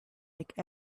make